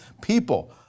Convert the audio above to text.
people